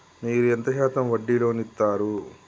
మీరు ఎంత శాతం వడ్డీ లోన్ ఇత్తరు?